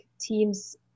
teams